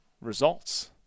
results